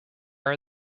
are